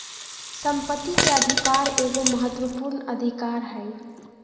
संपत्ति के अधिकार एगो महत्वपूर्ण अधिकार हइ